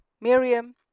Miriam